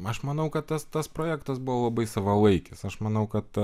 aš manau kad tas tas projektas buvo labai savalaikis aš manau kad